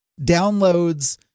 downloads